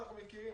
אנחנו מכירים,